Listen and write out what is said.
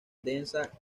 densa